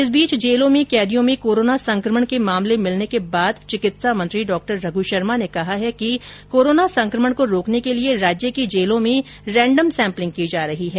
इस बीच जेलों में कैदियों में कोरोना संक्रमण के मामले मिलने के बाद चिकित्सा मंत्री डॉ रघु शर्मा ने कहा है कि कोरोना संकमण को रोकने के लिए राज्य की जेलों में रेण्डम सैम्पलिंग की जा रही है